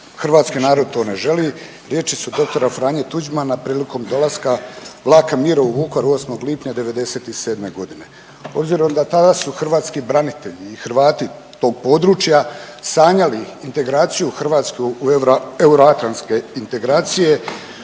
hrvatski narod to ne želi, riječi su dr. Franje Tuđmana prilikom dolaska vlaka mira u Vukovar 8. lipnja '97.g.. Obzirom da tada su hrvatski branitelji i Hrvati tog područja sanjali integraciju Hrvatske u euro, euroatlantske integracije